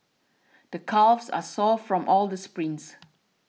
the calves are sore from all the sprints